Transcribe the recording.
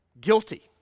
guilty